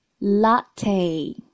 latte